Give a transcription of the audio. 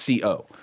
CO